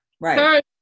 right